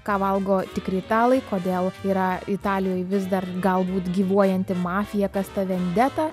ką valgo tikri italai kodėl yra italijoje vis dar galbūt gyvuojanti mafija kas ta vendeta